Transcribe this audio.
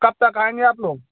कब तक आएँगे आप लोग